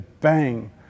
bang